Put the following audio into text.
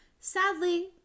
Sadly